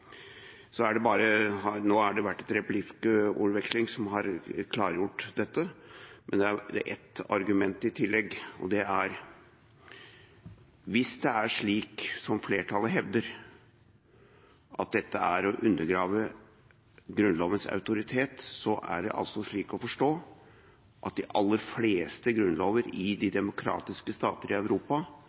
Nå har det vært en replikkordveksling som har klargjort dette, men det er ett argument i tillegg, og det er: Hvis det er slik som flertallet hevder, at dette er å undergrave Grunnlovens autoritet, så er det slik å forstå at de aller fleste grunnlover i de demokratiske stater i Europa